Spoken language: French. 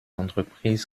entreprises